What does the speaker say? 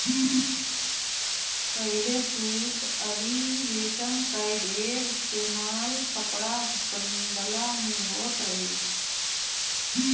पहिले सूत अउरी रेशम कअ ढेर इस्तेमाल कपड़ा बनवला में होत रहे